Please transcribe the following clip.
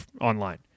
online